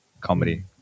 comedy